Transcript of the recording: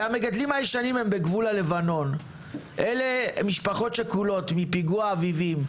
המגדלים הישנים הם בגבול הלבנון; אלה משפחות שכולות מפיגוע אביבים,